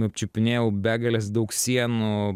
apčiupinėjau begales daug sienų